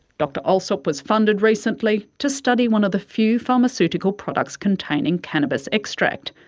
dr allsop was funded recently to study one of the few pharmaceutical products containing cannabis extract.